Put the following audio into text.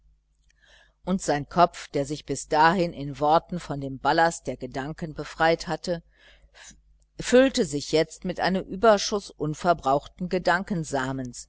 und sein kopf der sich bis dahin in worten von dem ballast der gedanken befreit hatte füllte sich jetzt mit einem überschuß unverbrauchten